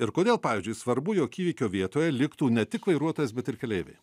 ir kodėl pavyzdžiui svarbu jog įvykio vietoje liktų ne tik vairuotojas bet ir keleiviai